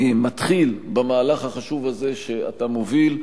מתחיל במהלך החשוב הזה שאתה מוביל,